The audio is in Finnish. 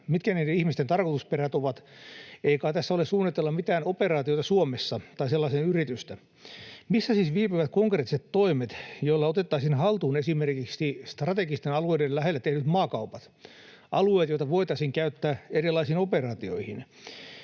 Mitkä niiden ihmisten tarkoitusperät ovat? Ei kai tässä ole suunnitteilla mitään operaatiota Suomessa tai sellaisen yritystä? Missä siis viipyvät konkreettiset toimet, joilla otettaisiin haltuun esimerkiksi strategisten alueiden lähellä tehdyt maakaupat, alueet, joita voitaisiin käyttää erilaisiin operaatioihin?